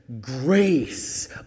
Grace